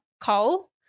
coal